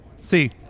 See